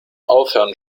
aufhören